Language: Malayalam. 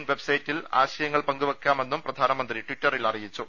കച വെബ്സൈറ്റിൽ ആശയങ്ങൾ പങ്കുവെയ്ക്കാമെന്നും പ്രധാനമന്ത്രി ടിറ്ററിൽ അറിയിച്ചു